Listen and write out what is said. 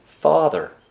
father